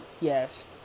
Yes